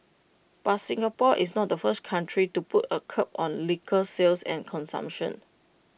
but Singapore is not the first country to put A curb on liquor sales and consumption